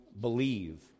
believe